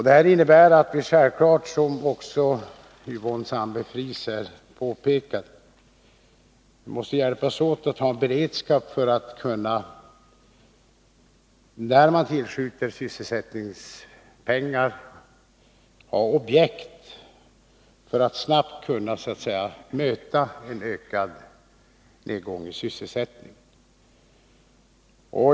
Det innebär att vi självfallet, som Yvonne Sandberg-Fries också påpekar, måste hjälpas åt med att ha en beredskap, så att man — när sysselsättningspengar tillskjuts — har objekt för att snabbt kunna möta en ytterligare nedgång i sysselsättningen.